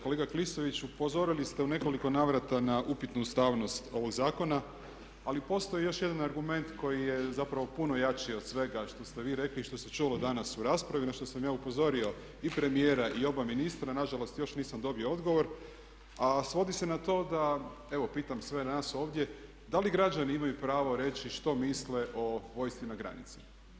Kolega Klisović upozorili ste u nekoliko navrata na upitnu ustavnost ovog zakona, ali postoji još jedan argument koji je zapravo puno jači od svega što ste vi rekli i što se čulo danas u raspravi na što sam ja upozorio i premijera i oba ministra, nažalost još nisam dobio odgovor, a svodi se na to da evo pitam sve nas ovdje da li građani imaju pravo reći što misle o vojsci na granici?